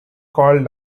called